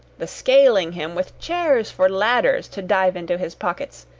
the scaling him with chairs for ladders to dive into his pockets,